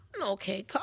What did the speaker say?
okay